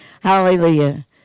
Hallelujah